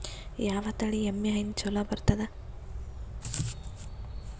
ಯಾವ ತಳಿ ಎಮ್ಮಿ ಹೈನ ಚಲೋ ಬರ್ತದ?